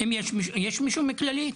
יש פה מישהו מכללית?